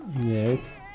Yes